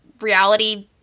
reality